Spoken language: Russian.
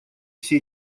все